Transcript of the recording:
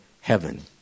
heaven